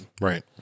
Right